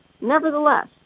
Nevertheless